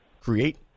create